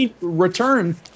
return